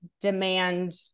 demand